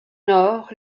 nord